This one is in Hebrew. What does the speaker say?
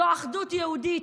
זו אחדות יהודית,